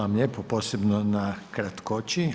Hvala lijepo posebno na kratkoći.